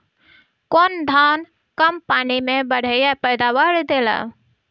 कौन धान कम पानी में बढ़या पैदावार देला?